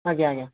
ଆଜ୍ଞା ଆଜ୍ଞା